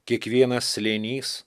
kiekvienas slėnys